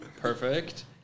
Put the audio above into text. perfect